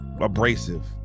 abrasive